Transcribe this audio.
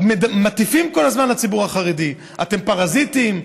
מטיפים כל הזמן לציבור החרדי: אתם פרזיטים,